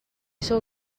sou